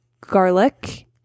garlic